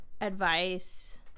advice